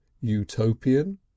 utopian